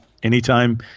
Anytime